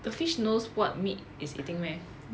the fish knows what meat it's eating meh